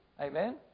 Amen